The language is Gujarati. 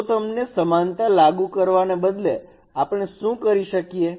તો સમાનતા લાગુ કરવાને બદલે આપણે શું કરી શકીએ